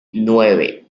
nueve